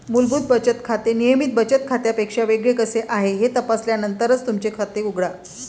मूलभूत बचत खाते नियमित बचत खात्यापेक्षा वेगळे कसे आहे हे तपासल्यानंतरच तुमचे खाते उघडा